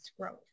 growth